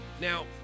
Now